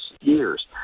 years